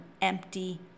empty